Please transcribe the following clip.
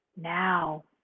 now